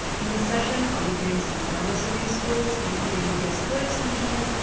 in this session, i'll be doing some demos of these tools including vs code extensions,